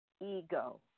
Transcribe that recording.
ego